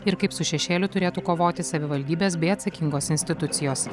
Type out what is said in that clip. ir kaip su šešėliu turėtų kovoti savivaldybės bei atsakingos institucijos